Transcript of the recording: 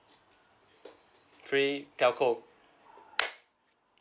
three telco